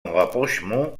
rapprochement